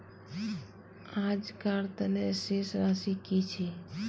आजकार तने शेष राशि कि छे?